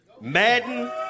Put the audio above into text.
Madden